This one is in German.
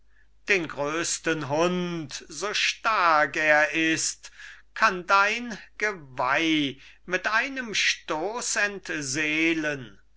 den größten hund so stark er ist kann dein geweih mit einem stoß